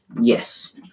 Yes